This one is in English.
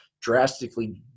drastically